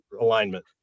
alignment